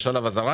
יש עליו אזהרה?